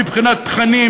מבחינת תכנים,